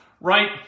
right